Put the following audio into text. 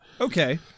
Okay